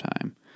time